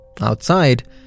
Outside